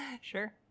sure